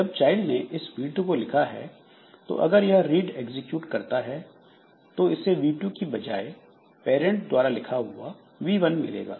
जब चाइल्ड ने इस v2 को लिखा है तो अगर यह रीड एग्जीक्यूट करता है तो इसे v2 की बजाए पेरेंट द्वारा लिखा हुआ v1 मिलेगा